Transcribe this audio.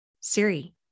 Siri